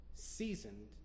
seasoned